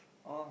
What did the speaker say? oh